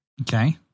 Okay